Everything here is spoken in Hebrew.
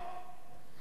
לוקח זמן.